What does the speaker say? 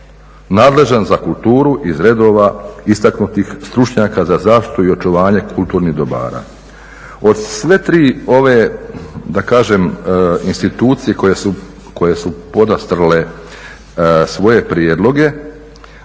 nadležan za kulturu iz redova istaknutih stručnjaka za zaštitu i očuvanje kulturnih dobara. Od sve 3 ove, da kažem, institucije koje su podastrle svoje prijedloge,